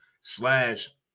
slash